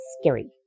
scary